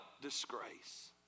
disgrace